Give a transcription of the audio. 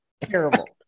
terrible